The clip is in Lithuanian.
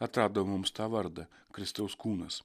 atrado mums tą vardą kristaus kūnas